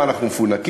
מה אנחנו מפונקים?